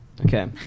Okay